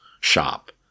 shop